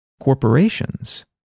Corporations